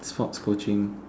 sports coaching